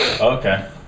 Okay